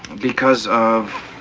because of.